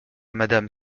madame